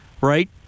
right